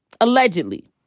Allegedly